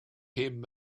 him